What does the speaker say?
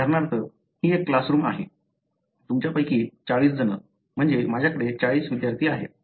उदाहरणार्थ ही एक क्लासरूम आहे तुमच्यापैकी 40 जण म्हणजे माझ्याकडे 40 विद्यार्थी आहेत